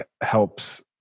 helps